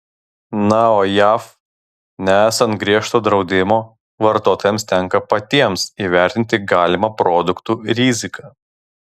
na o jav nesant griežto draudimo vartotojams tenka patiems įvertinti galimą produktų riziką